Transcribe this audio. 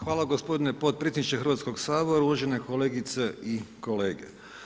Hvala gospodine potpredsjedniče Hrvatskog sabora, uvažene kolegice i kolege.